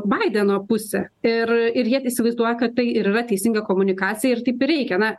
baideno pusė ir ir jie įsivaizduoja kad tai ir yra teisinga komunikacija ir taip ir reikia na